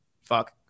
fuck